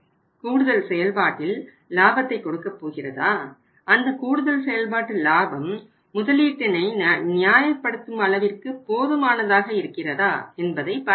கூடுதல் செயல்பாட்டில் லாபத்தை கொடுக்கப் போகிறதா அந்தக் கூடுதல் செயல்பாட்டு லாபம் முதலீட்டினை நியாயப்படுத்தும் அளவிற்கு போதுமானதாக இருக்கிறதா என்பதை பார்க்க வேண்டும்